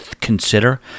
consider